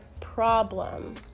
problem